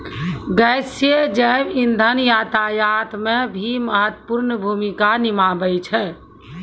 गैसीय जैव इंधन यातायात म भी महत्वपूर्ण भूमिका निभावै छै